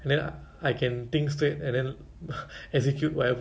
for me because I'm the support so it's like